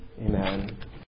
Amen